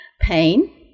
Pain